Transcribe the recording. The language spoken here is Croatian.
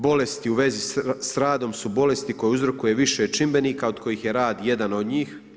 Bolesti u vezi s radom su bolesti koje uzrokuje više čimbenika od kojih je rad jedan od njih.